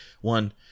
one